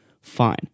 Fine